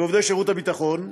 ועובדי שירותי הביטחון,